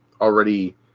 already